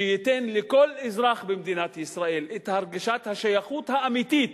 שייתן לכל אזרח במדינת ישראל את הרגשת השייכות האמיתית